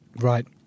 Right